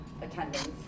attendance